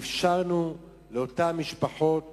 אפשרנו לאותן משפחות